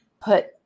put